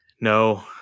No